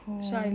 oh